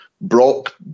Brock